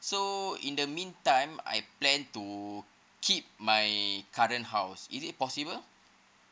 so in the meantime I plan to keep my current house is it possible